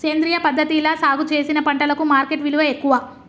సేంద్రియ పద్ధతిలా సాగు చేసిన పంటలకు మార్కెట్ విలువ ఎక్కువ